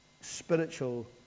spiritual